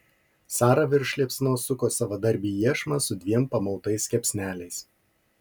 sara virš liepsnos suko savadarbį iešmą su dviem pamautais kepsneliais